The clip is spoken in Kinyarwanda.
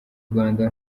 rwanda